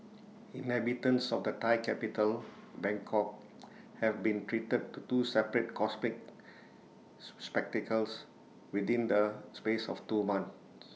inhabitants of the Thai capital Bangkok have been treated to two separate cosmic spectacles within the space of two months